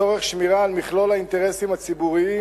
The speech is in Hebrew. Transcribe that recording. לצורך שמירה על מכלול האינטרסים הציבוריים,